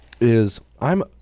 is—I'm